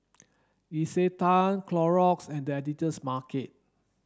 Isetan Clorox and The Editor's Market